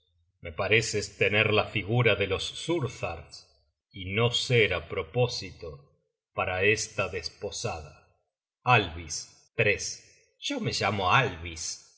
me pareces tener la figura de los thursars y no ser á propósito para esta desposada content from google book search generated at yo me llamo alvis